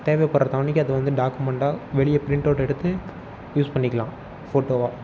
தேவைப்படுற அதை வந்து டாக்குமெண்ட்டாக வெளியே ப்ரிண்ட் அவுட் எடுத்து யூஸ் பண்ணிக்கலாம் ஃபோட்டோவாக